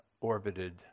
orbited